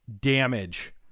damage